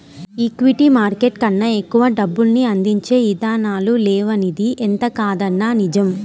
equity market కన్నా ఎక్కువ డబ్బుల్ని అందించే ఇదానాలు లేవనిది ఎంతకాదన్నా నిజం